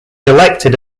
elected